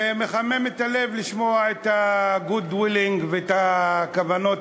זה מחמם את הלב לשמוע את ה-good willing ואת הכוונות